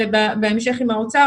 ובהמשך עם האוצר,